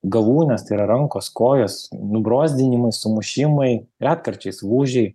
galūnės tai yra rankos kojos nubrozdinimai sumušimai retkarčiais lūžiai